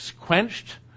quenched